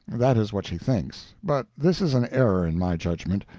that is what she thinks, but this is an error, in my judgment.